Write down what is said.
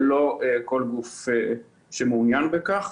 ולא כל גוף שמעוניין בכך.